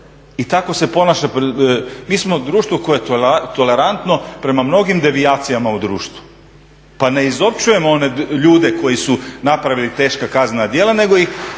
i tako se ponaša. Mi smo društvo koje je tolerantno prema mnogim devijacijama u društvu. Pa ne izopćujemo one ljude koji su napravili teška kaznena djela, nego ih,